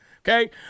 okay